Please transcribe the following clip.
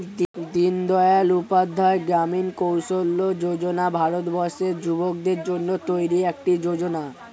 দিনদয়াল উপাধ্যায় গ্রামীণ কৌশল্য যোজনা ভারতবর্ষের যুবকদের জন্য তৈরি একটি যোজনা